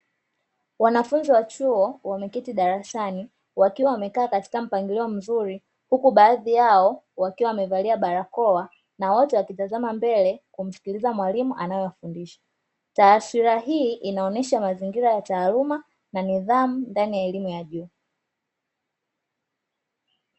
Wanafunzi wa chuo wameketi darasani, wakiwa wamekaa katika mpangilio mzuri, huku baadhi yao wakiwa wamevalia barakoa na wote, wakitazama mbele kumsikiliza mwalimu anayofundisha, taswira hii inaonesha mazingira ya taaluma na nidhamu ndani ya elimu ya juu.